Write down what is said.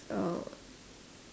uh